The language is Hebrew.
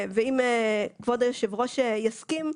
אם כבוד היושב-ראש יסכים,